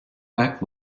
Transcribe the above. back